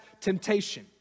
temptation